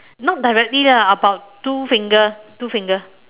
not directly lah about two finger two finger